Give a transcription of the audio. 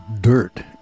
Dirt